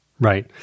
right